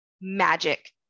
magic